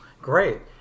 Great